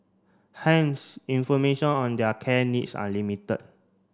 hence information on their care needs are limited